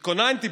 התכוננתי.